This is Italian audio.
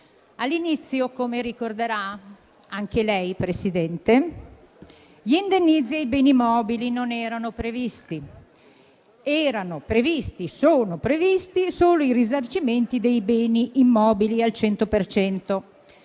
All'inizio, come ricorderà anche lei Presidente, gli indennizzi per i beni mobili non erano previsti: erano e sono previsti solo i risarcimenti dei beni immobili al 100